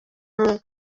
mwe